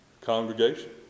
Congregation